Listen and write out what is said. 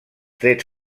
trets